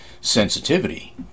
sensitivity